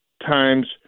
times